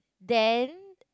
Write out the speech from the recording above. then